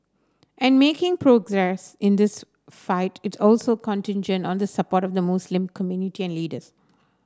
and making in this fight is also contingent on the support of the Muslim community and leaders